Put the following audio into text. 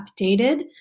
updated